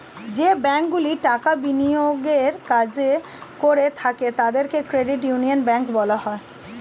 যে ব্যাঙ্কগুলি টাকা বিনিয়োগের কাজ করে থাকে তাদের ক্রেডিট ইউনিয়ন ব্যাঙ্ক বলা হয়